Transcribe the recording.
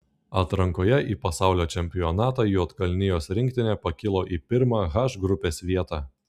atrankoje į pasaulio čempionatą juodkalnijos rinktinė pakilo į pirmą h grupės vietą